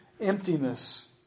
emptiness